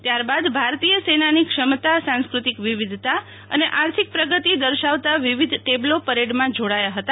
ત્યારબાદ ભારતીય સેનાની ક્ષમતા સાંસ્કૃતિક વિવિધતા અને આર્થિક પ્રગતિ દર્શાવતા વિવિધ ટેબ્લો પરેડમાં જોડાયા હતા